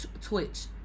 Twitch